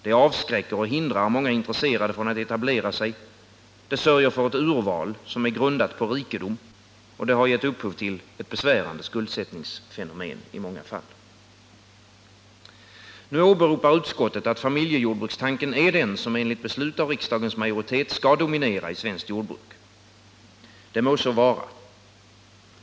Det avskräcker och hindrar många intresserade från att etablera sig, det sörjer för ett urval som är grundat på rikedom och det har i många fall gett upphov till ett besvärande skuldsättningsfenomen. Nu åberopar utskottet att familjejordbrukstanken är den som enligt beslut av riksdagens majoritet skall dominera i svenskt jordbruk. Det må så vara.